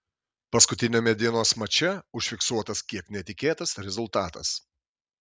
paskutiniame dienos mače užfiksuotas kiek netikėtas rezultatas